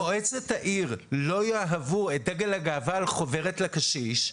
אם במועצת העיר לא יהוו את דגל הגאווה על חוברת לקשיש,